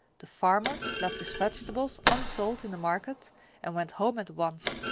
the farmer left his vegetables unsold in the market and went home at once,